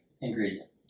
ingredient